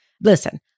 Listen